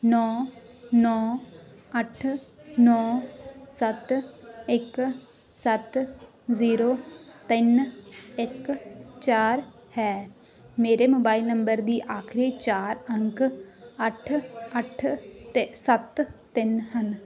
ਨੌਂ ਨੌਂ ਅੱਠ ਨੌਂ ਸੱਤ ਇੱਕ ਸੱਤ ਜ਼ੀਰੋ ਤਿੰਨ ਇੱਕ ਚਾਰ ਹੈ ਮੇਰੇ ਮੋਬਾਇਲ ਨੰਬਰ ਦੀ ਆਖਰੀ ਚਾਰ ਅੰਕ ਅੱਠ ਅੱਠ ਅਤੇ ਸੱਤ ਤਿੰਨ ਹਨ